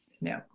No